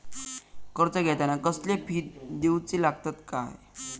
कर्ज घेताना कसले फी दिऊचे लागतत काय?